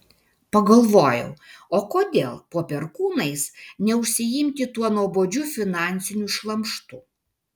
pagalvojau o kodėl po perkūnais neužsiimti tuo nuobodžiu finansiniu šlamštu